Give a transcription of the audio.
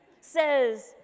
says